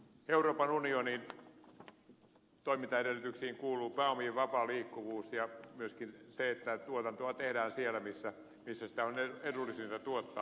euroopan unionin toimintaedellytyksiin kuuluu pääomien vapaa liikkuvuus ja myöskin se että tuotantoa tehdään siellä missä sitä on edullisinta tuottaa